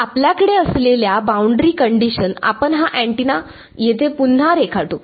तर आपल्याकडे असलेल्या बाउंड्री कंडिशन आपण हा अँटेना येथे पुन्हा रेखाटू